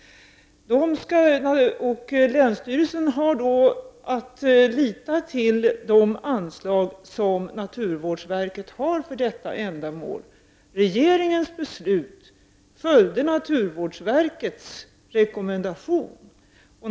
Länsstyrelsen får lita till de anslag som naturvårdsverket har för detta ändamål. Regeringens beslut följde naturvårdsverkets rekommendation.